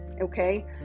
okay